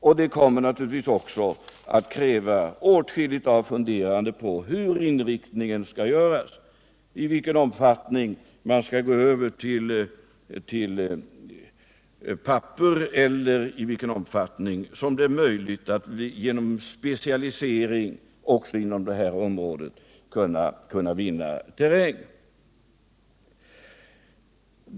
Och det kommer naturligtvis också att kräva åtskilligt av funderande på hur inriktningen skall göras — i vilken omfattning man skall gå över till papper eller i vilken omfattning som det är möjligt att genom specialisering också inom detta område vinna terräng.